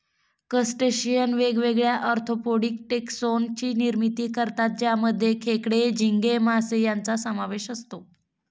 crustacean वेगवेगळ्या orthopaedic taxon ची निर्मिती करतात ज्यामध्ये खेकडे, झिंगे, मासे यांचा समावेश असतो